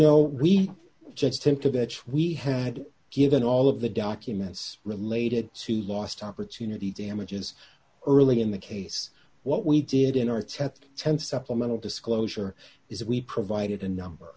bench we had given all of the documents related to lost opportunity damages early in the case what we did in our test ten supplemental disclosure is we provided a number